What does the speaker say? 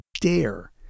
dare